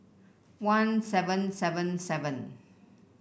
one seven seven seven